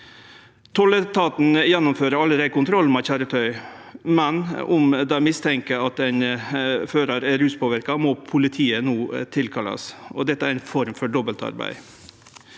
Tolletaten gjennomfører allereie kontroll av køyretøy, men om dei mistenkjer at ein førar er ruspåverka, må politiet no tilkallast, og det er ei form for dobbeltarbeid.